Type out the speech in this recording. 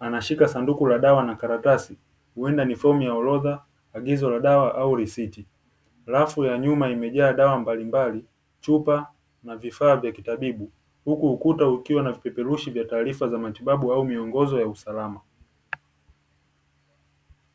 Anashika sanduku la dawa na karatasi, huenda ni fomu ya orodha, agizo la dawa au risiti. Rafu ya nyuma imejaa dawa mbalimbali, chupa na vifaa vya kitabibu, huku ukuta ukiwa na vipeperushi vya taarifa za matibabu au miongozo ya usalama.